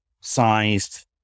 sized